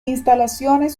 instalaciones